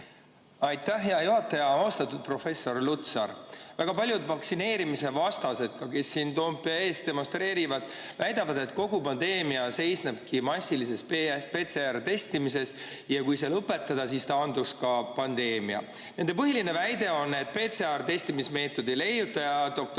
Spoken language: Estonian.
Aitäh, hea juhataja! Austatud professor Lutsar! Väga paljud vaktsineerimisvastased, kes siin Toompea ees demonstreerivad, väidavad, et kogu pandeemia seisnebki massilises PCR-testimises ja et kui see lõpetada, siis taandub ka pandeemia. Nende põhiline väide on, et PCR-testimismeetodi leiutaja doktor